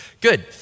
good